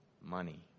Money